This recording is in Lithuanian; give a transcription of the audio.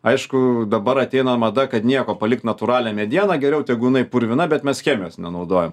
aišku dabar ateina mada kad nieko palikt natūralią medieną geriau tegul jinai purvina bet mes chemijos nenaudojam